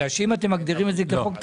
כי אם אתם מגדירים את זה כחוק תקציבי,